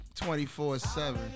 24-7